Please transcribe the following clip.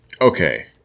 Okay